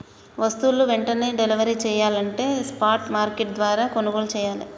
వస్తువులు వెంటనే డెలివరీ చెయ్యాలంటే స్పాట్ మార్కెట్ల ద్వారా కొనుగోలు చెయ్యాలే